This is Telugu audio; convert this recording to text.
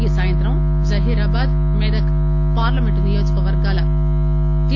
ఈ సాయంత్రం జహీరాబాద్ మెదక్ పార్లమెంట్ నియోజకవర్గాల టి